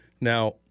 Now